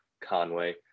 Conway